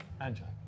Angela